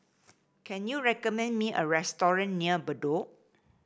can you recommend me a restaurant near Bedok